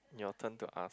your turn to ask